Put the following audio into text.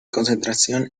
concentración